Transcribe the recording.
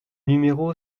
numéro